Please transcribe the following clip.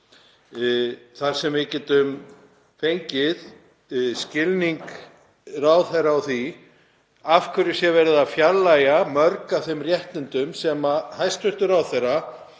þar sem við getum fengið skilning ráðherra á því af hverju sé verið að fjarlægja mörg af þeim réttindum sem hæstv. ráðherra